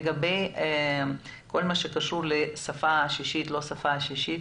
לגבי עניין השפה השישית